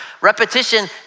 Repetition